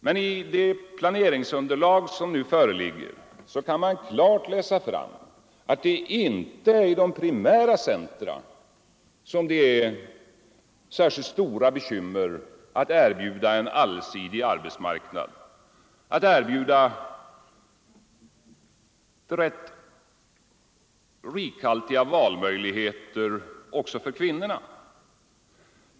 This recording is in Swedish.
Men i det planeringsunderlag som nu föreligger kan man klart läsa fram, att det inte är i de primära centra som det är särskilt stora bekymmer att erbjuda en allsidig arbetsmarknad med rikhaltiga valmöjligheter också för kvinnorna.